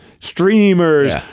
streamers